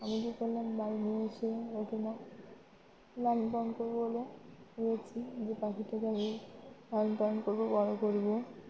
আমি কি করলাম বাড়ি নিয়ে এসে ওকে লালন পালন করব বলে নিয়েছি যে পাখিটাকে আমি লালন পালন করবো বড় করবো